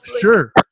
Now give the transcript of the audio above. Sure